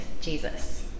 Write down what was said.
Jesus